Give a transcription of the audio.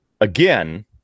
again